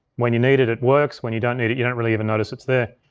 when you need it, it works, when you don't need it, you don't really even notice it's there.